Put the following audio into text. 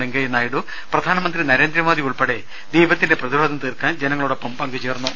വെങ്കയ്യ നായിഡു പ്രധാനമന്ത്രി നരേന്ദ്രമോദി ഉൾപ്പെടെ ദീപത്തിന്റെ പ്രതിരോധം തീർക്കാൻ ജനങ്ങളോടൊപ്പം പങ്കുചേർന്നു